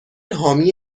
حامی